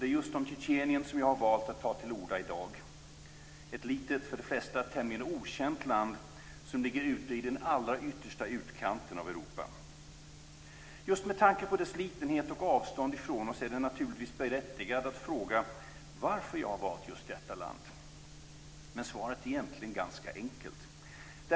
Det är just om Tjetjenien jag har valt att ta till orda i dag. Det är ett litet och för de flesta tämligen okänt land som ligger ute i den allra yttersta utkanten av Europa. Just med tanke på landets litenhet och avstånd från oss är det naturligtvis berättigat att fråga varför jag har valt just detta land. Svaret är egentligen ganska enkelt.